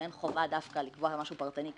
חובה לקבוע משהו פרטני כאן,